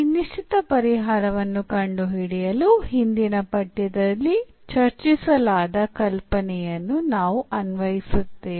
ಈ ನಿಶ್ಚಿತ ಪರಿಹಾರವನ್ನು ಕಂಡುಹಿಡಿಯಲು ಹಿಂದಿನ ಪಠ್ಯದಲ್ಲಿ ಚರ್ಚಿಸಲಾದ ಕಲ್ಪನೆಯನ್ನು ನಾವು ಅನ್ವಯಿಸುತ್ತೇವೆ